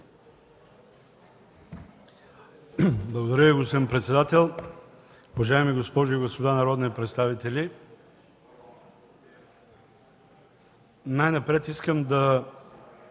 Благодаря Ви, господин председател. Уважаеми госпожи и господа народни представители, най-напред искам да